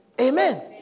Amen